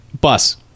bus